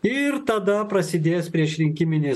ir tada prasidės priešrinkiminis